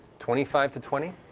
twenty five to twenty?